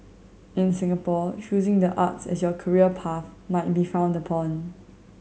in Singapore choosing the arts as your career path might be frowned upon